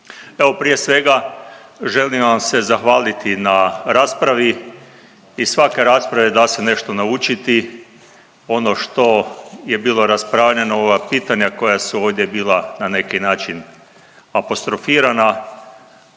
prije svega želim vam se zahvaliti na raspravi iz svake rasprave da se nešto naučiti. Ono što je bilo raspravljeno ova pitanja koja su ovdje bila na neki način apostrofirana